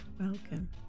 welcome